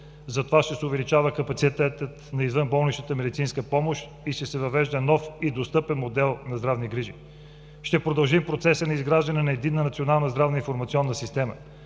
Затова ще се увеличава капацитетът на извънболничната медицинска помощ и ще се въвежда нов и достъпен модел на здравни грижи. Ще продължим процеса на изграждане на единна национална здравна информационна система.